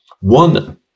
One